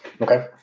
okay